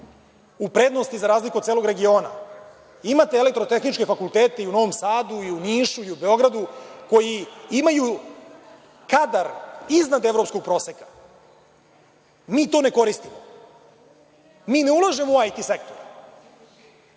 u prednosti za razliku od celog regiona? Imate elektrotehničke fakultete i u Novom Sadu i u Nišu i u Beogradu, koji imaju kadar iznad evropskog proseka. Mi to ne koristimo. Mi ne ulažemo u IT sektor,